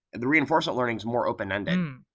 the reinforcement learning is more open-ended,